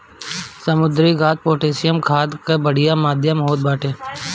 समुद्री घास पोटैशियम खाद कअ बढ़िया माध्यम होत बाटे